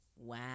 Wow